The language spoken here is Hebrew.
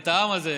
ואת העם הזה,